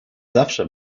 zawsze